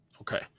Okay